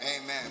Amen